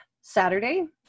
Saturday